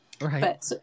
Right